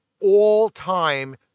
all-time